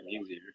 easier